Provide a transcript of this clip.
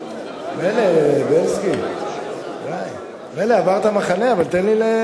מילא, בילסקי, מילא עברת מחנה, אבל תן לי.